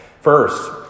First